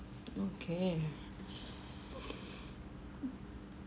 okay